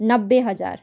नब्बे हजार